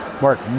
Mark